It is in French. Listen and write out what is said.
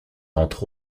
entre